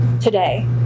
today